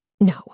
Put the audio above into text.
No